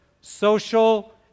social